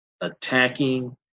attacking